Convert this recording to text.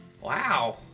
wow